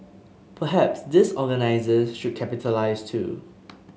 perhaps these organisers should capitalise too